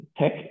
tech